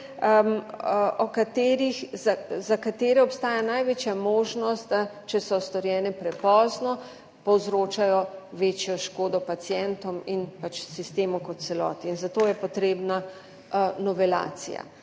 za katere obstaja največja možnost, če so storjene prepozno, da povzročajo večjo škodo pacientom in sistemu kot celoti. In zato je potrebna novelacija.